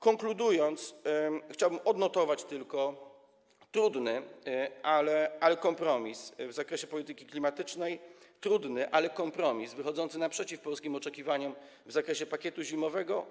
Konkludując, chciałbym odnotować tylko trudny, ale kompromis w zakresie polityki klimatycznej, trudny, ale kompromis wychodzący naprzeciw polskim oczekiwaniom w zakresie pakietu zimowego.